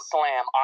Slam